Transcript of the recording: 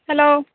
hello